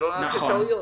שלא נעשה טעויות.